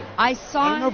i saw.